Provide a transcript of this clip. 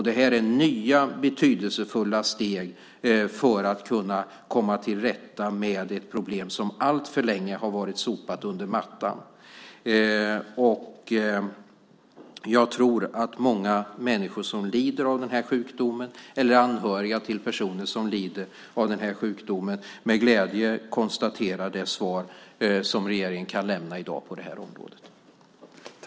Det här är nya betydelsefulla steg för att man ska kunna komma till rätta med ett problem som alltför länge har varit sopat under mattan. Jag tror att många människor som lider av den här sjukdomen eller anhöriga till personer som lider av den här sjukdomen med glädje tar emot det svar som regeringen kan lämna i dag på det här området.